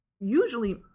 usually